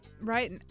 right